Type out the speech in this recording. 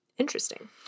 Interesting